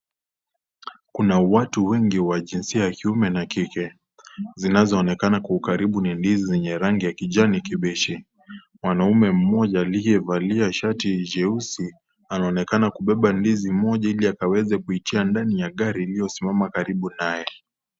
Kuna watu wengi wa jinsia ya kiume na kike, zinazoonekana kwa ukaribu ni ndizi za rangi ya kijani kibichi, mwanaume mmoja aliyevalia shati jeusi anaonekana kubeba ndizi moja ili akaweze kuitia ndani ya gari iliyosimama karibu naye.